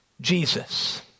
Jesus